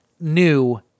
new